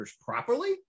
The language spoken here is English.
properly